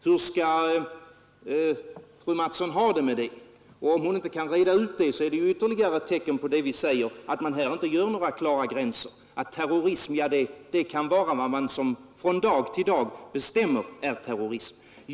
Hur skall fröken Mattson ha det på den punkten? Om hon inte kan reda ut det, är detta ytterligare ett tecken på att det är som vi säger, dvs. att man inte gör några klara gränsdragningar i detta avseende, vilket innebär att terrorism kan vara vad man från dag till dag bestämmer är terrorism.